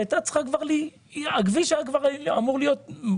היינו אמורים כבר לחנוך את הכביש,